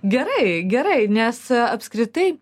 gerai gerai nes apskritai